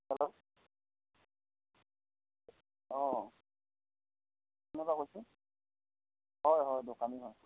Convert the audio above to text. hello অঁ কোনে বা কৈছে হয় হয় দোকানী হয়